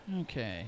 Okay